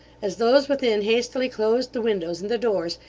as those within hastily closed the windows and the doors,